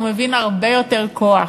הוא מבין הרבה יותר כוח.